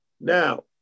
Now